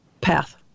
path